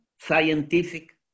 scientific